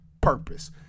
purpose